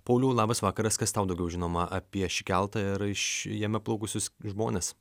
pauliau labas vakaras kas tau daugiau žinoma apie šį keltą ir iš jame plaukusius žmones